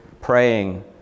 praying